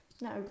No